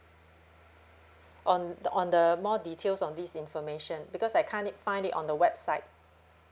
on on the more details on this information because I can't it find it on the website